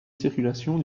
circulation